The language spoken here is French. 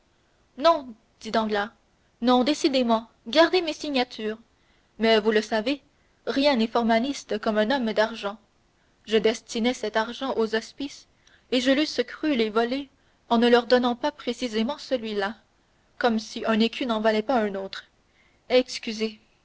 danglars non décidément gardez mes signatures mais vous le savez rien n'est formaliste comme un homme d'argent je destinais cet argent aux hospices et j'eusse cru les voler en ne leur donnant pas précisément celui-là comme si un écu n'en valait pas un autre